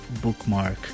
bookmark